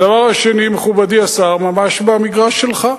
הדבר השני, מכובדי השר, ממש במגרש שלך: